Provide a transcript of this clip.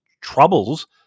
troubles